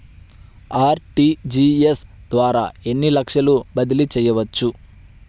RTGS ద్వారా ఎన్ని లక్షలు బదిలీ చేయవచ్చు?